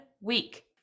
week